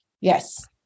Yes